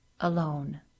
Alone